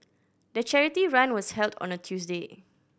the charity run was held on a Tuesday